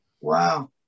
Wow